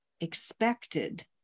expected